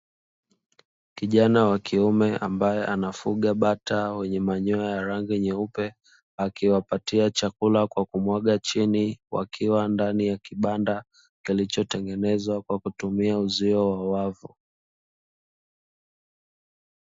Kijana wa kiume ambae anafuga bata wenye manyoya ya rangi nyeupe, akiwapatia chakula kwa kumwaga chini, wakiwa ndani ya kibanda kilichotengenezwa kwa kutumia uzio wa wavu.